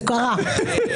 זה קרה.